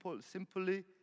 simply